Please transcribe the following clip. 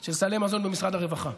של סלי מזון במשרד הרווחה.